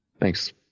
Thanks